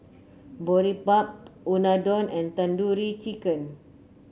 Boribap Unadon and Tandoori Chicken